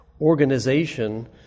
organization